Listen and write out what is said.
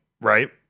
right